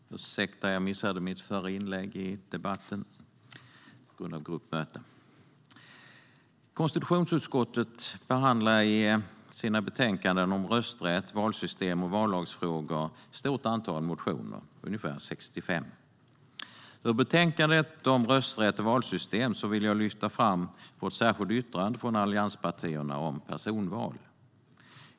Herr talman! Jag ber om ursäkt för att jag missade mitt inlägg i förra debatten på grund av gruppmöte. Konstitutionsutskottet behandlar i sina betänkanden om rösträtt, valsystem och vallagsfrågor ett stort antal motioner, ungefär 65. Ur betänkandet om rösträtt och valsystem vill jag lyfta fram vårt särskilda yttrande från allianspartierna om personval.